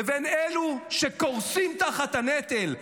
לבין אלו שקורסים תחת הנטל.